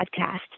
Podcast